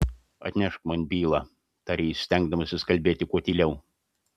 atnešk man bylą tarė jis stengdamasis kalbėti kuo tyliau